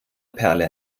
perle